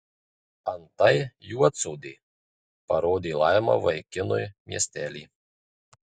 antai juodsodė parodė laima vaikinui miestelį